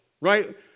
Right